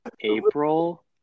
April